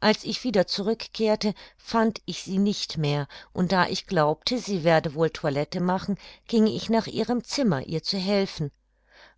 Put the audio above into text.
als ich wieder zurück kehrte fand ich sie nicht mehr und da ich glaubte sie werde wohl toilette machen ging ich nach ihrem zimmer ihr zu helfen